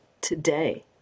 today